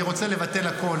אני רוצה לבטל הכול,